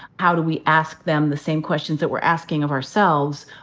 how do we ask them the same questions that we're asking of ourselves?